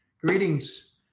Greetings